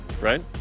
right